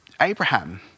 Abraham